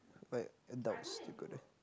like adults to go there